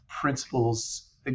principles